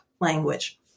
language